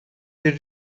bir